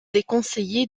déconseillé